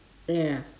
ya